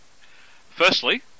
Firstly